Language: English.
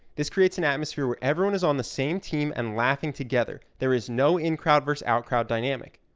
this creates an atmosphere where everyone is on the same team and laughing together. there is no in-crowd-versus-out-crowd dynamic.